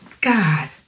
God